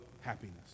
happiness